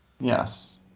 Yes